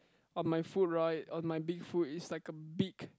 on my foot right on my big foot is like a big